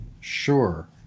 sure